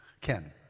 Ken